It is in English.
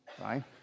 right